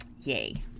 Yay